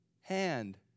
hand